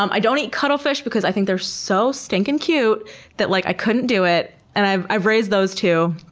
um i don't eat cuttlefish because i think they're so stinking cute that like i couldn't do it. and i've i've raised those too,